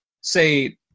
say –